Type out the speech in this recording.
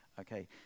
Okay